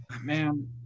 Man